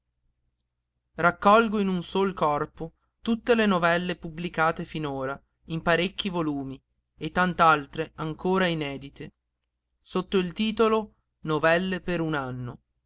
raccolgo in un sol corpo tutte le novelle pubblicate finora in parecchi volumi e tant'altre ancora inedite sotto il titolo novelle per un anno